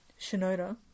Shinoda